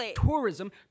tourism